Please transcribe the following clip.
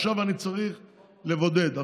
עכשיו אני צריך לבודד,